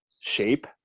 shape